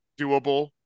doable